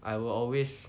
I will always